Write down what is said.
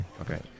okay